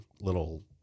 little